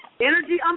Energy